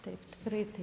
taip greitai